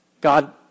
God